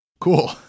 cool